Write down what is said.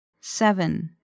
Seven